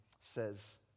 says